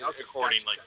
accordingly